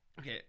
Okay